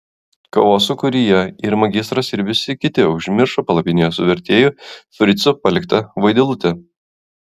kovos sūkuryje ir magistras ir visi kiti užmiršo palapinėje su vertėju fricu paliktą vaidilutę